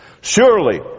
Surely